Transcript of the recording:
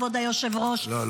כבוד היושב-ראש -- לא,